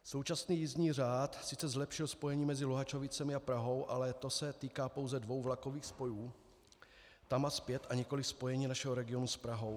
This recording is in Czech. Současný jízdní řád sice zlepšil spojení mezi Luhačovicemi a Prahou, ale to se týká pouze dvou vlakových spojů tam a zpět a nikoli spojení našeho regionu s Prahou.